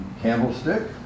candlestick